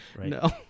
No